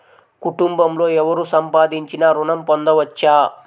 కుటుంబంలో ఎవరు సంపాదించినా ఋణం పొందవచ్చా?